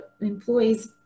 employees